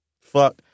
fuck